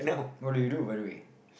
what do you do by the way